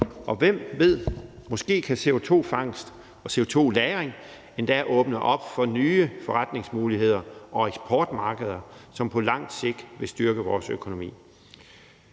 – hvem ved – måske kan CO2-fangst og CO2-lagring endda åbne op for nye forretningsmuligheder og eksportmarkeder, som på lang sigt vil styrke vores økonomi.